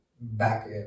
back